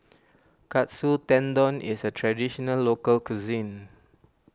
Katsu Tendon is a Traditional Local Cuisine